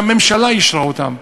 שהממשלה אישרה אותן,